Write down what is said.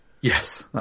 Yes